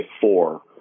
four